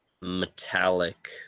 metallic